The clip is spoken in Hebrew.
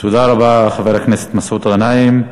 תודה רבה, חבר הכנסת מסעוד גנאים.